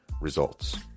Results